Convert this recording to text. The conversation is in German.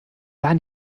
gar